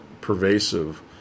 pervasive